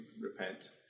repent